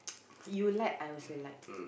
you like I also like